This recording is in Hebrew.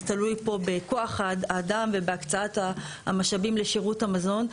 זה תלוי פה בכוח האדם ובהקצאת המשאבים לשירות המזון.